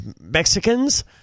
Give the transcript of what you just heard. Mexicans